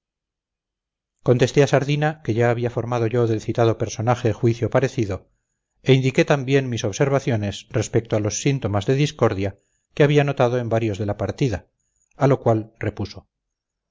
contesté a sardina que ya había formado yo del citado personaje juicio parecido e indiqué también mis observaciones respecto a los síntomas de discordia que había notado en varios de la partida a lo cual repuso